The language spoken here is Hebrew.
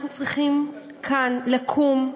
אנחנו צריכים כאן לקום,